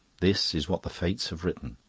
this is what the fates have written.